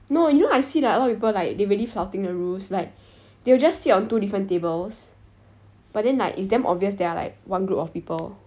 no you know I see like a lot of people like they really flouting the rules like they will just sit on two different tables but then like it's damn obvious they are like one group of people